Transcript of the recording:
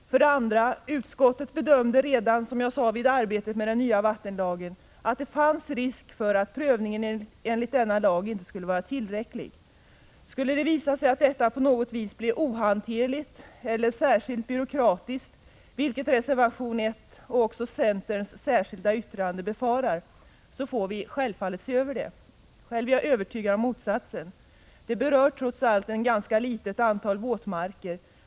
För det andra: Utskottet bedömde redan, som jag sade, vid arbetet med den nya vattenlagen att det fanns risk för att prövningen enligt denna lag inte skulle vara tillräcklig. Skulle det visa sig att detta på något vis blir ohanterligt eller särskilt byråkratiskt, vilket reservanterna bakom reservation 1 och också centern i sitt särskilda yttrande befarar, får vi självfallet se över det. Själv är jag övertygad om motsatsen. Det berör trots allt ett ganska litet antal våtmarker.